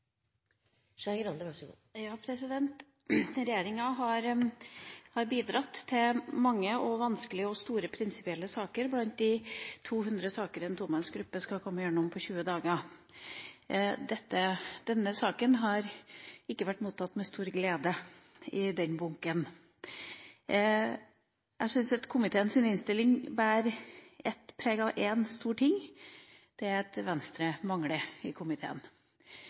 mot kriminalitet. Så Kristelig Folkeparti vil støtte forslaget. Regjeringa har bidratt med mange vanskelige og store prinsipielle saker blant de 200 sakene en tomannsgruppe skal komme gjennom på 20 dager. Denne saken har ikke blitt mottatt med stor glede i den bunken. Jeg syns komiteens innstilling bærer preg av én stor ting: det at Venstre mangler i komiteen